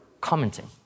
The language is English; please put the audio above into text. commenting